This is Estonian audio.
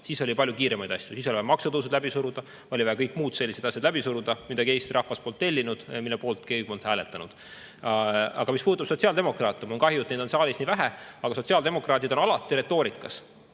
Siis oli palju kiiremaid asju, siis oli vaja maksutõusud läbi suruda, oli vaja kõik sellised asjad läbi suruda, mida Eesti rahvas polnud tellinud, mille poolt keegi polnud hääletanud. Aga mis puudutab sotsiaaldemokraate – mul on kahju, et neid on saalis nii vähe –, siis sotsiaaldemokraadid on alati retoorikas